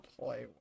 play